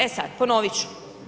E sad, ponovit ću.